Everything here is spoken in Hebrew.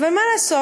אבל מה לעשות,